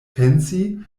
pensi